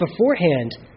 beforehand